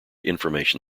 information